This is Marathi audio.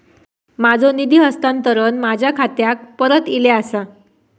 माझो निधी हस्तांतरण माझ्या खात्याक परत इले आसा